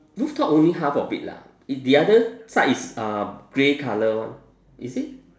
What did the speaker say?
rooftop only half of it lah it the other side is uh grey colour [one] is it